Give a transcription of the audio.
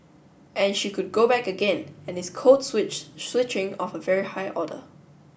and she could go back again and it's code switch switching of a very high order